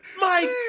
Mike